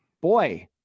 Boy